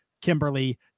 Kimberly